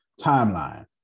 timeline